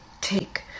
Take